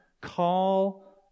call